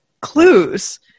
clues